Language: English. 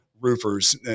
roofers